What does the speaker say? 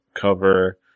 cover